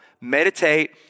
meditate